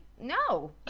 No